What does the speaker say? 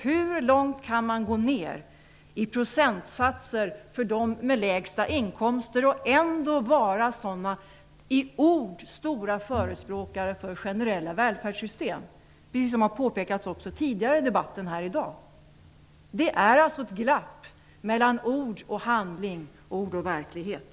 Hur långt i procentsatser kan man gå ner för dem som har de lägsta inkomsterna och ändå vara sådana, i ord, stora förespråkare för generella välfärdssystem? Detta har också påpekats tidigare i debatten i dag. Det finns ett glapp mellan ord och handling - mellan ord och verklighet.